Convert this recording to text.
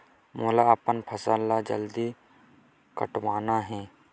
मोला अपन फसल ला जल्दी कटवाना हे?